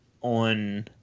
on